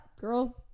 girl